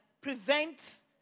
prevent